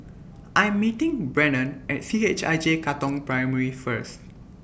I Am meeting Brennen At C H I J Katong Primary First